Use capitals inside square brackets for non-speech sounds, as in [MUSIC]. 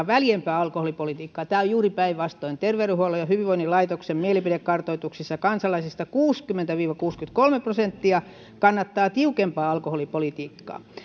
[UNINTELLIGIBLE] väljempää alkoholipolitiikkaa että tämä on juuri päinvastoin terveyden ja hyvinvoinnin laitoksen mielipidekartoituksissa kansalaisista kuusikymmentä viiva kuusikymmentäkolme prosenttia kannattaa tiukempaa alkoholipolitiikkaa